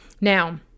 Now